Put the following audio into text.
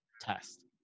test